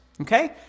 Okay